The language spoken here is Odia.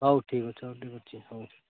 ହଉ ଠିକ୍ ଅଛି ହଉ ଠିକ୍ ଅଛି ହଉ